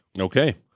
okay